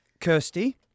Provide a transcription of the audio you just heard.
Kirsty